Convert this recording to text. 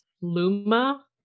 luma